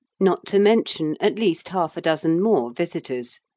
not to mention at least half a dozen more visitors.